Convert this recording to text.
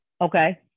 Okay